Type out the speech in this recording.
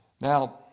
Now